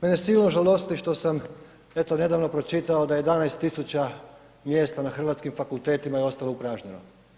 Mene silno žalosti što sam eto nedavno pročitao da 11.000 mjesta na hrvatskim fakultetima je ostalo upražnjeno.